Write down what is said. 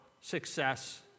success